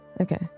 Okay